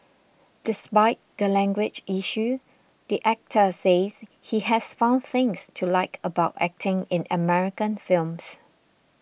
despite the language issue the actor says he has found things to like about acting in American films